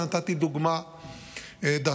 נתתי דוגמה מהשייטת.